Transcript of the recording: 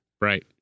Right